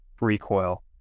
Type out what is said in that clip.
recoil